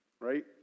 right